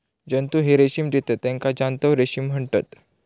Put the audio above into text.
जंतु जे रेशीम देतत तेका जांतव रेशीम म्हणतत